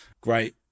great